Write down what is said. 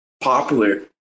popular